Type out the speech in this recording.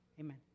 Amen